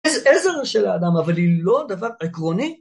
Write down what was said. איזה עזר של האדם, אבל היא לא דבר עקרוני.